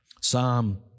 Psalm